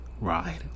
ride